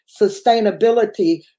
sustainability